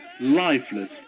lifeless